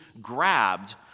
grabbed